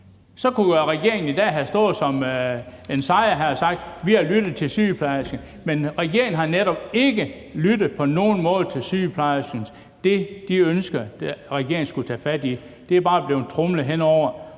så kunne regeringen i dag have stået som sejrherre og sagt: Vi har lyttet til sygeplejerskerne. Men regeringen har netop ikke på nogen måde lyttet til sygeplejerskerne. Det, de ønskede regeringen skulle tage fat i, er der bare blevet tromlet henover,